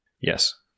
Yes